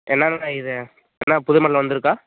என்னென இது எதுனா புது மாடல் வந்திருக்கா